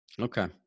Okay